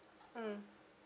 mm